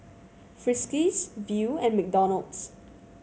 Friskies Viu and McDonald's